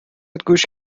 گوش